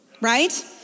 right